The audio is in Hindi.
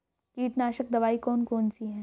कीटनाशक दवाई कौन कौन सी हैं?